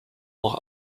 noch